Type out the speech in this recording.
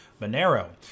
Monero